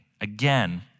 Again